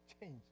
change